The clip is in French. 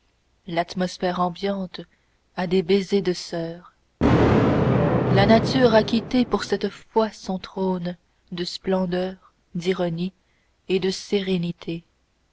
l'atmosphère ambiante a des baisers de soeur la nature a quitté pour cette fois son trône de splendeur d'ironie et de sérénité